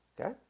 Okay